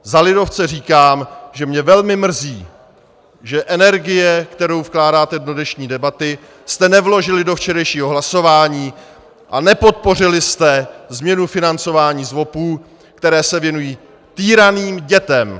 Za lidovce říkám, že mě velmi mrzí, že energii, kterou vkládáte do dnešní debaty, jste nevložili do včerejšího hlasování a nepodpořili jste změnu financování ZDVOPů, které se věnují týraným dětem!